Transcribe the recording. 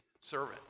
servant